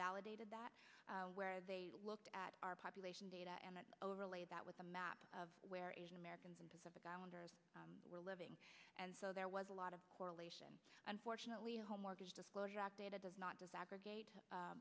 validated that where they looked at our population data and overlay that with a map of where asian americans and pacific islanders were living and so there was a lot of correlation unfortunately home mortgage disclosure act data does not just aggregate